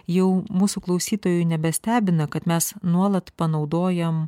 jau mūsų klausytojų nebestebina kad mes nuolat panaudojam